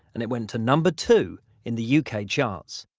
and it went to number two in the yeah uk ah charts.